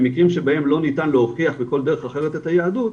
במקרים שבהם לא ניתן להוכיח בכל דרך אחרת את היהדות,